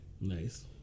Nice